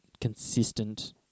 consistent